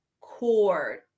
cord